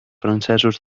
francesos